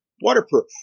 waterproof